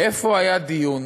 איפה היה דיון